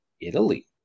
Italy